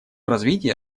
развитие